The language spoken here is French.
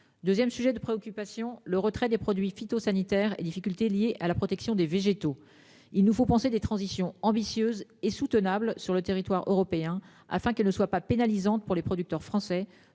2ème. Sujet de préoccupation, le retrait des produits phytosanitaires et difficultés liées à la protection des végétaux. Il nous faut penser des transitions ambitieuse et soutenables sur le territoire européen afin qu'elles ne soient pas pénalisantes pour les producteurs français